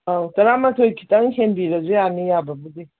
ꯑꯧ ꯇꯔꯥꯃꯥꯊꯣꯏ ꯈꯤꯇꯪ ꯍꯦꯟꯕꯤꯔꯁꯨ ꯌꯥꯅꯤ ꯌꯥꯕꯕꯨꯗꯤ